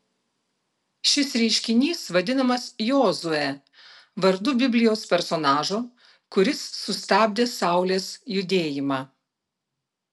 šis reiškinys vadinamas jozue vardu biblijos personažo kuris sustabdė saulės judėjimą